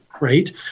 right